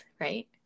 right